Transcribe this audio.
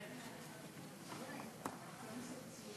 גברתי היושבת-ראש, השר,